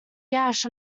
gash